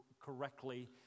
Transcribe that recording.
correctly